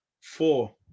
Four